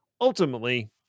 Ultimately